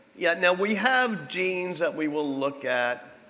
yeah now we have genes that we will look at.